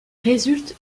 résulte